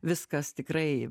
viskas tikrai